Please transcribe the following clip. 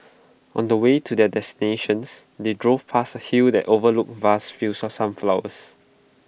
on the way to their destinations they drove past A hill that overlooked vast fields of sunflowers